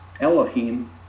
elohim